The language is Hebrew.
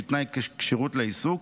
שהיא תנאי כשירות לעיסוק,